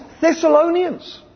Thessalonians